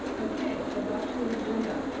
okay, adoption of agenda.